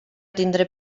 tindre